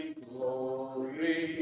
glory